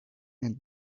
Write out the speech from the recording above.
and